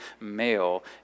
male